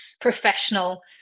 professional